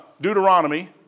Deuteronomy